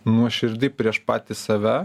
nuoširdi prieš patį save